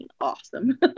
awesome